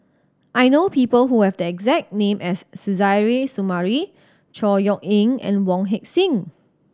I know people who have the exact name as Suzairhe Sumari Chor Yeok Eng and Wong Heck Sing